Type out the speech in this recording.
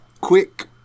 quick